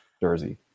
jersey